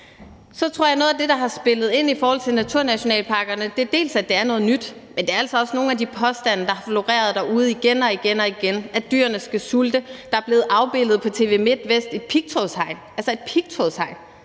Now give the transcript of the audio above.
Så tror jeg, at noget af det, der har spillet ind i forhold til naturnationalparkerne, er, at det er noget nyt, men det er altså også nogle af de påstande, der har floreret derude igen og igen, om, at dyrene skal sulte. Der er på TV Midtvest blevet afbildet et pigtrådshegn – altså et pigtrådshegn.